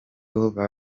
boba